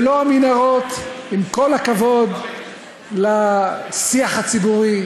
זה לא המנהרות, עם כל הכבוד לשיח הציבורי,